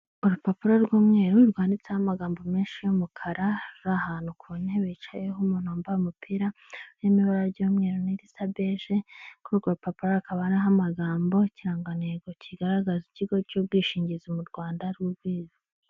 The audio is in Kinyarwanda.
Urupapuro rw'umweru rwanditseho amagambo menshi y'umukara, ari ahantu ku ntebe bicayeho umuntu wambaye umupira nibara ry'umweru n'irisa beje, kuri urwo rupapuro hakaba hariho amagambo, ikirangantego kigaragaza ikigo cy'ubwishingizi mu Rwanda ari ubwi.